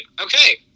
Okay